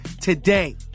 today